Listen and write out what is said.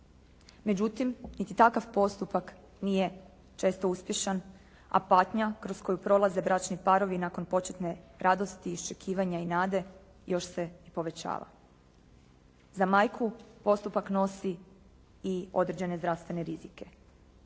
Međutim, niti takav postupak nije često uspješan, a patnja kroz koju prolaze bračni parovi nakon početne radosti, iščekivanja i nade još se i povećava. Za majku postupak nosi i određene zdravstvene rizike.